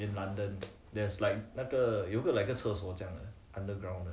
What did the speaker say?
in london there's like 那个有个 like 个厕所这样的 underground 的